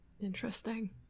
Interesting